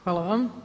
Hvala vam.